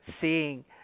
seeing